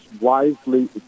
wisely